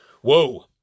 Whoa